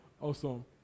awesome